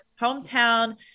hometown